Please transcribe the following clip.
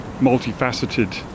multifaceted